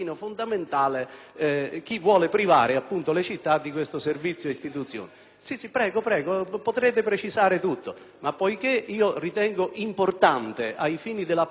ma, poiché ritengo importanti, ai fini della polemica che andrò a trasferire su tutto il territorio nazionale e che è già in corso a carico del PD e dei suoi magistrati,